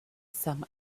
some